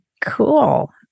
Cool